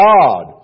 God